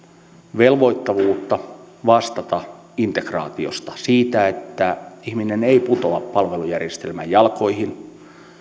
velvoittavuutta vastata integraatiosta siitä että ihminen ei putoa palvelujärjestelmän jalkoihin